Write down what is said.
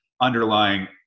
underlying